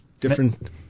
different